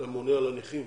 לממונה על הנכים